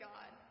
God